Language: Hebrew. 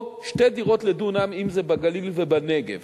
או שתי דירות לדונם אם זה בגליל ובנגב.